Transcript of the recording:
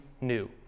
new